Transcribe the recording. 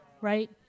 right